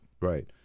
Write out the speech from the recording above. Right